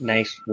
Nice